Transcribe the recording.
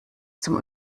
zum